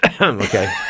Okay